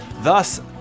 Thus